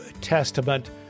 Testament